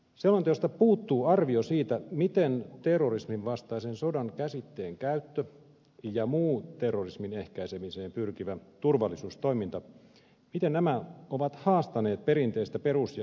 selonteosta puuttuu arvio siitä miten terrorisminvastaisen sodan käsitteen käyttö ja muu terrorismin ehkäisemiseen pyrkivä turvallisuustoiminta ovat haastaneet perinteistä perus ja ihmisoikeusajattelua